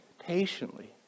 patiently